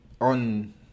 on